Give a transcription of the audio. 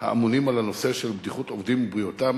הממונים על הנושא של בטיחות עובדים ובריאותם